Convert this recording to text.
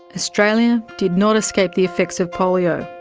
australia did not escape the effects of polio,